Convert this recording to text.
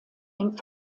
eng